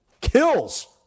kills